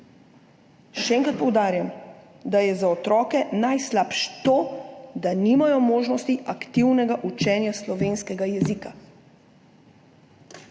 Še enkrat poudarjam, da je za otroke najslabše to, da nimajo možnosti aktivnega učenja slovenskega jezika.